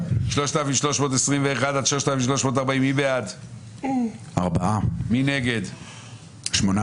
2 בעד, 8 נגד,